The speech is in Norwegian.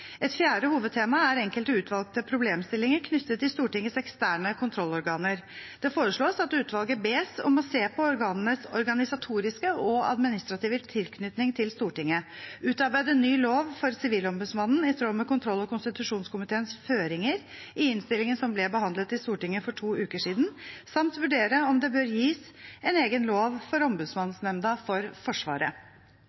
Et fjerde hovedtema er enkelte utvalgte problemstillinger knyttet til Stortingets eksterne kontrollorganer. Det foreslås at utvalget bes om å se på organenes organisatoriske og administrative tilknytning til Stortinget, utarbeide ny lov for Sivilombudsmannen i tråd med kontroll- og konstitusjonskomiteens føringer i innstillingen som ble behandlet i Stortinget for to uker siden samt vurdere om det bør gis en egen lov for